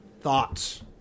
thoughts